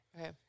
Okay